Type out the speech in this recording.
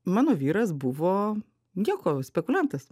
mano vyras buvo nieko spekuliantas